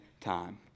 time